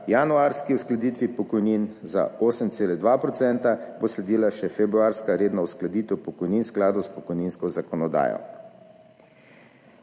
Januarski uskladitvi pokojnin za 8,2 % bo sledila še februarska redna uskladitev pokojnin v skladu s pokojninsko zakonodajo.